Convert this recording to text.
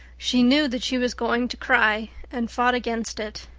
she knew that she was going to cry, and fought against it.